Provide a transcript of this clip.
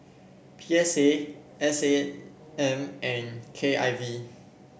P S A S A M and K I V